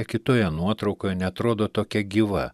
kitoje nuotraukoje neatrodo tokia gyva